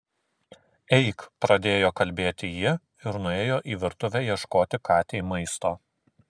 eik pradėjo kalbėti ji ir nuėjo į virtuvę ieškoti katei maisto